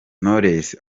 knowless